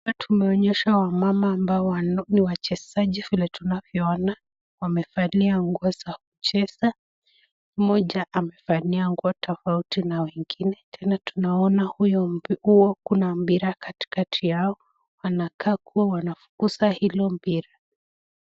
Hapa tumeonyeshwa wamama ambao ni wachezaji vile tunavyo ona wamevalia nguo za kucheza. Mmoja amevalia nguo tofauti na wengine. Tena tunaona huo kuna mpira kati yao. Wanakaa kua wanafukuza hilo mpira